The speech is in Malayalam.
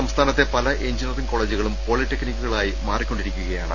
സംസ്ഥാനത്തെ പല എഞ്ചിനിയറിംഗ് കൊളേജുകളും പോളി ടെക്നിക്കുകളായി മാറിക്കൊണ്ടിരിക്കുകയാണ്